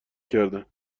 کردن